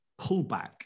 pullback